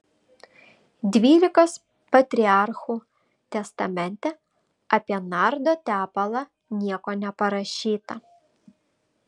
dvylikos patriarchų testamente apie nardo tepalą nieko neparašyta